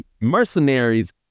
mercenaries